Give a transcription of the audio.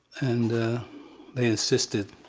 and they insisted,